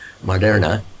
Moderna